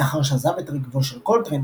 לאחר שעזב את הרכבו של קולטריין,